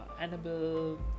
annabelle